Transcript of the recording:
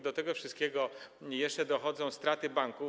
Do tego wszystkiego jeszcze dochodzą straty banków.